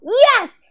yes